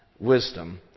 Wisdom